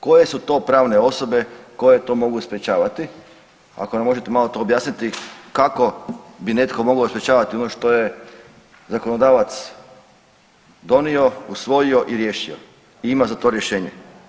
Koje su to pravne osobe koje to mogu sprječavati, ako nam možete malo to objasniti kako bi netko mogao sprječavati ono što je zakonodavac donio, usvojio i riješio i ima za to rješenje?